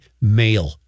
male